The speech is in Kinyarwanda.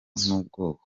ubwoko